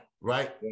Right